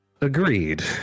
Agreed